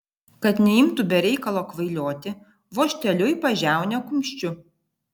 kad neimtų be reikalo kvailioti vožteliu į pažiaunę kumščiu